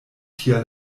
tia